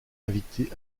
invités